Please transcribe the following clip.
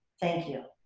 thank you.